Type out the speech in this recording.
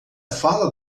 fala